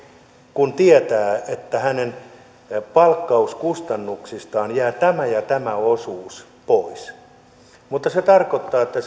kun tietää että hänen palkkauskustannuksistaan jää tämä ja tämä osuus pois mutta se tarkoittaa että